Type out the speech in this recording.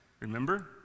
remember